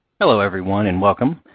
hello everyone and welcome.